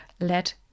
let